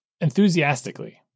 enthusiastically